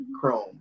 Chrome